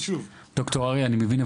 ד"ר אריה, אני מבין.